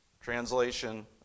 translation